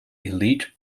elite